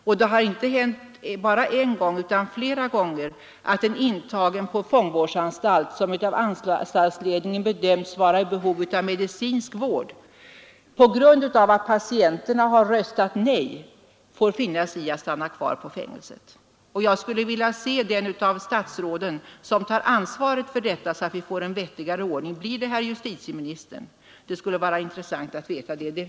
Och det har hänt, inte bara en gång, utan flera gånger, att en på fångvårdsanstalt intagen, vilken av anstaltsledningen bedömts vara i behov av medicinsk vård, på grund av att patienterna har röstat nej har fått finna sig i att stanna kvar i fängelset. Jag skulle vilja se det av statsråden som vill ta ansvaret för detta, så att vi får en vettigare ordning. Blir det herr justitieministern? Det skulle vara intressant att få veta det.